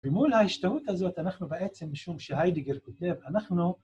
ומול ההשתהות הזאת אנחנו בעצם, משום שהיידיגר כותב, אנחנו...